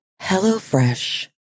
HelloFresh